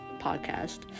podcast